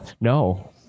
No